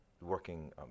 working